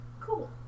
cool